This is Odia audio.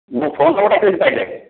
ମୋ ଫୋନ ନମ୍ବରଟା କେଉଁଠୁ ପାଇଲେ